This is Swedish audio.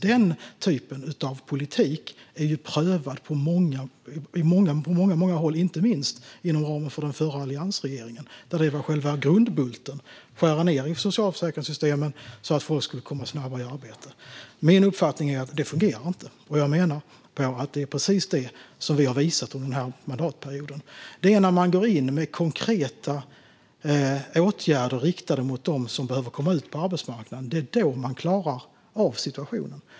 Den typen av politik är prövad på många håll, inte minst av den förra alliansregeringen för vilken själva grundbulten var att skära ned i socialförsäkringssystemen så att folk skulle komma snabbare i arbete. Min uppfattning är att det inte fungerar. Jag menar att vi har visat precis det under den här mandatperioden. Det är när man går in med konkreta åtgärder som är riktade mot dem som behöver komma ut på arbetsmarknaden som man klarar av situationen.